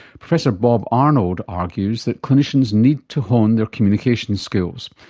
professor bob arnold argues that clinicians need to hone their communication skills.